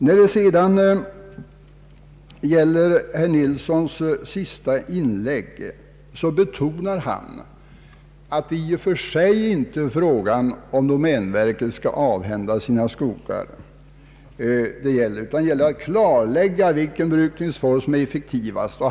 Herr Nils Nilsson betonade i sitt senaste inlägg att det i och för sig här inte gäller huruvida domänverket skall avhända sig sina skogar, utan att klarlägga vilken brukningsform som är effektivast.